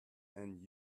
end